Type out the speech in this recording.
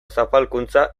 zapalkuntza